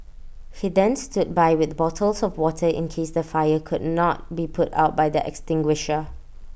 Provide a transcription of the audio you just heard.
he then stood by with bottles of water in case the fire could not be put out by the extinguisher